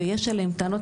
ויש עליהם טענות,